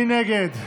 מי נגד?